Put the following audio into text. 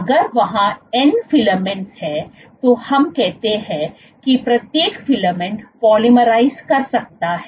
अगर वहाँ n filaments हैं तो हम कहते हैं की प्रत्येक फिलामेंट पोलीमराइज़ कर सकता है